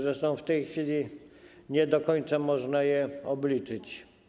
Zresztą w tej chwili nie do końca można je obliczyć.